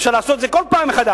אפשר לעשות את זה כל פעם מחדש.